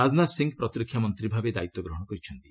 ରାଜନାଥ ସିଂ ପ୍ରତିରକ୍ଷା ମନ୍ତ୍ରୀ ଭାବେ ଦାୟିତ୍ୱ ଗ୍ରହଣ କରିଛନ୍ତି